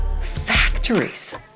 factories